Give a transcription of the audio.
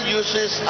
uses